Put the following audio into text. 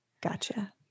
Gotcha